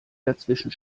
dazwischen